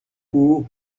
court